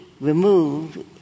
removed